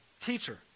Teacher